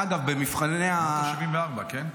אמרת 1974, כן?